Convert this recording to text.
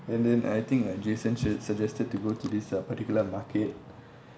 and then I think like jason s~ suggested to go to this uh particular market